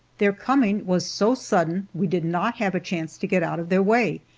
their coming was so sudden we did not have a chance to get out of their way,